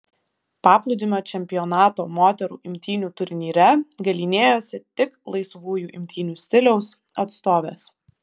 paplūdimio čempionato moterų imtynių turnyre galynėjosi tik laisvųjų imtynių stiliaus atstovės